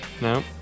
No